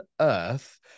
earth